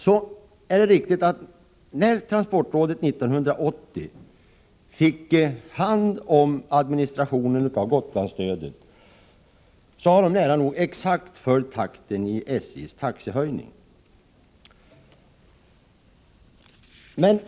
Det är riktigt att sedan transportrådet 1980 fick hand om administrationen av Gotlandsstödet, följer transportrådet nära nog exakt takten i SJ:s taxehöjningar.